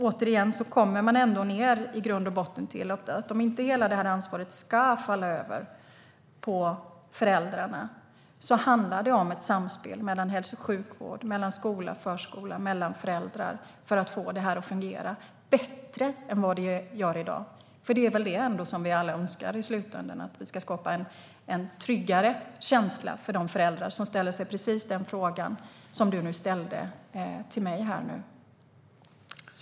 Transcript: Återigen, om inte hela ansvaret ska falla över på föräldrarna handlar det i grund och botten om ett samspel mellan hälso och sjukvård, skola och förskola och föräldrar - för att vi ska få det att fungera bättre än det gör i dag. Det är väl ändå det vi alla önskar i slutändan, att vi ska skapa en tryggare känsla för de föräldrar som ställer sig precis den frågan som du nu ställde till mig?